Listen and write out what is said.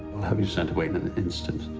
i'll have you sent away but instant.